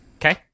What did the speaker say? Okay